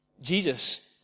Jesus